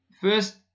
First